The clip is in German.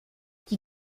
die